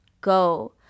go